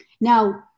Now